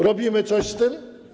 Robimy coś z tym?